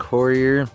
Courier